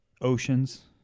Oceans